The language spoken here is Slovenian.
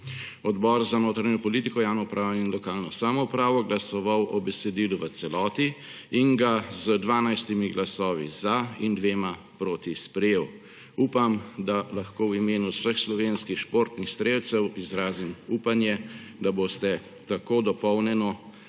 Odbor za notranjo politiko, javno upravo in lokalno samoupravo glasoval o besedilu v celoti in ga z 12 glasovi za in dvema proti sprejel. Upam, da lahko v imenu vseh slovenskih športnih strelcev izrazim upanje, da boste tako dopolnjeno